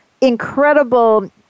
incredible